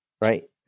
Right